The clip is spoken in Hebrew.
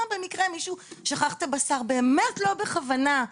מישהו שכח את הבשר באמת לא בכוונה,